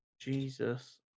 Jesus